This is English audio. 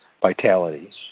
vitality